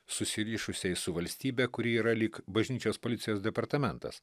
susirišusiai su valstybe kuri yra lyg bažnyčios policijos departamentas